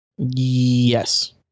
yes